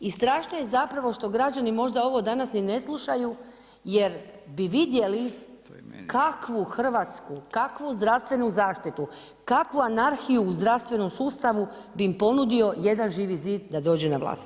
I strašno je zapravo što građani možda ovo danas ni ne slušaju, jer bi vidjeli kakvu Hrvatsku, kakvu zdravstvenu zaštitu, kakvu anarhiju u zdravstvenom sustavu bi im ponudio jedan Živi zid da dođe na vlast.